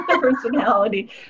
personality